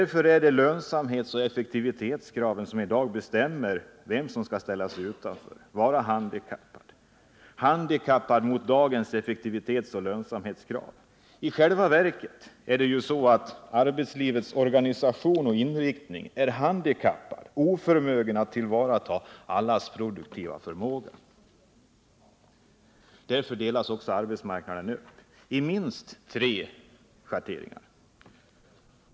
Det är lönsamhetsoch effektivitetskraven som i dag bestämmer vem som skall ställas utanför, vem som är handikappad i förhållande till dessa krav. I själva verket är det ju arbetslivets organisation som är handikappad och oförmögen att tillvarata allas produktiva förmåga. Därför delas arbetsmarknaden upp i minst tre schatteringar.